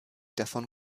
davon